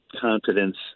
confidence